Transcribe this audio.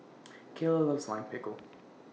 Keyla loves Lime Pickle